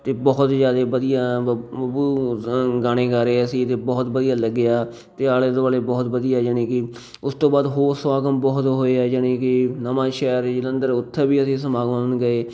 ਅਤੇ ਬਹੁਤ ਜ਼ਿਆਦੇ ਵਧੀਆ ਬ ਬੱਬੂ ਗਾਣੇ ਗਾ ਰਿਹਾ ਸੀ ਅਤੇ ਬਹੁਤ ਵਧੀਆ ਲੱਗਿਆ ਅਤੇ ਆਲ਼ੇ ਦੁਆਲ਼ੇ ਬਹੁਤ ਵਧੀਆ ਜਾਣੀ ਕਿ ਉਸ ਤੋਂ ਬਾਅਦ ਹੋਰ ਸਮਾਗਮ ਬਹੁਤ ਹੋਏ ਆ ਜਾਣੀ ਕਿ ਨਵਾਂਸ਼ਹਿਰ ਜਲੰਧਰ ਉੱਥੇ ਵੀ ਅਸੀਂ ਸਮਾਗਮਾਂ ਨੂੰ ਗਏ